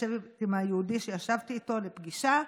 יושבת עם היהודי שישבתי אתו לפגישה,